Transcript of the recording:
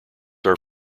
are